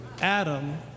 Adam